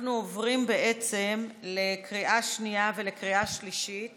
אנחנו עוברים לקריאה שנייה ולקריאה שלישית